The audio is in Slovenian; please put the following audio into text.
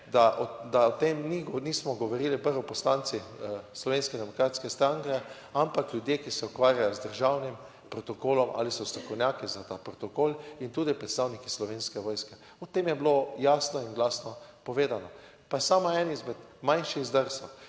da o tem nismo govorili prvo poslanci Slovenske demokratske stranke, ampak ljudje, ki se ukvarjajo z državnim protokolom ali so strokovnjaki za ta protokol in tudi predstavniki Slovenske vojske, o tem je bilo jasno in glasno povedano, pa je samo eden izmed manjših zdrsov.